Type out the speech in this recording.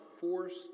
forced